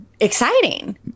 exciting